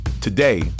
Today